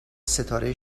ستاره